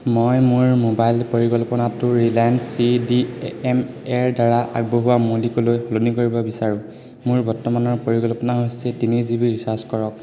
মই মোৰ মোবাইল পৰিকল্পনাটো ৰিলায়েন্স চি ডি এম এৰদ্বাৰা আগবঢ়োৱা মৌলিকলৈ সলনি কৰিব বিচাৰোঁ মোৰ বৰ্তমানৰ পৰিকল্পনা হৈছে তিনি জি বি ৰিচাৰ্জ কৰক